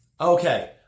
Okay